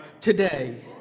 today